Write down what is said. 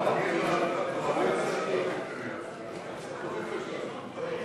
המטה לביטחון לאומי,